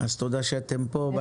אז תודה שאתם פה.